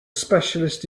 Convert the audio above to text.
specialist